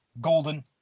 golden